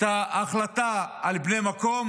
ההחלטה על בני המקום,